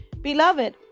Beloved